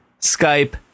skype